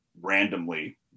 randomly